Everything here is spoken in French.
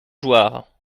jouarre